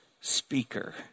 speaker